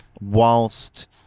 whilst